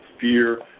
fear